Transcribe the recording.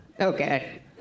Okay